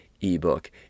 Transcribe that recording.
ebook